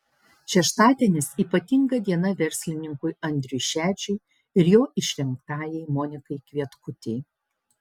šeštadienis ypatinga diena verslininkui andriui šedžiui ir jo išrinktajai monikai kvietkutei